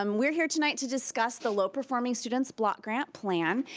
um we're here tonight to discuss the low-performing students block grant plan.